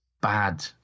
bad